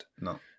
No